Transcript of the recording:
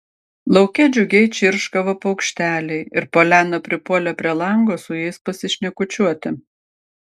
lauke džiugiai čirškavo paukšteliai ir poliana pripuolė prie lango su jais pasišnekučiuoti